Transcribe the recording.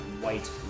white